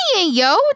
yo